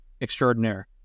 Extraordinaire